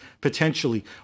potentially